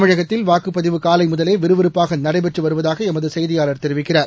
தமிழகத்தில் வாக்குப்பதிவு காலை முதலே விறுவிறப்பாக நடைபெற்று வருவதாக எமது செய்தியாளர் தெரிவிக்கிறார்